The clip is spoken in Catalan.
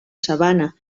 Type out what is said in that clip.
sabana